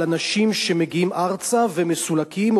על אנשים שמגיעים ארצה ומסולקים,